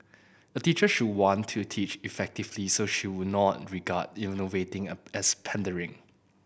a teacher should want to teach effectively so she would not regard innovating as pandering